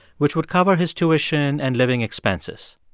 which would cover his tuition and living expenses.